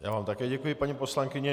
Já vám také děkuji, paní poslankyně.